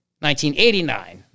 1989